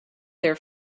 their